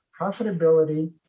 Profitability